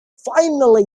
finally